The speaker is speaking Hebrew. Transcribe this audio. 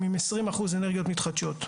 הם עם עשרים אחוז אנרגיות מתחדשות,